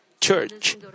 church